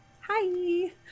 hi